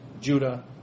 Judah